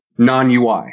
non-UI